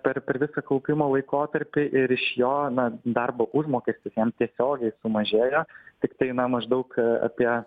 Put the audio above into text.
per per visą kaupimo laikotarpį ir iš jo na darbo užmokestis jam tiesiogiai sumažėjo tiktai na maždaug apie